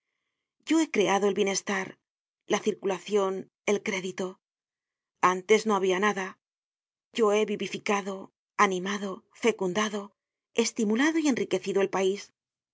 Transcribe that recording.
yo he creado el bienestar la circulacion el crédito antes no habia nada yo he vivificado animado fecundado estimulado y enriquecido el pais si